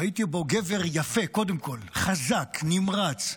ראיתי בו גבר יפה, קודם כול, חזק, נמרץ,